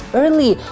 early